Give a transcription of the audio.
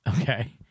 Okay